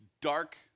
dark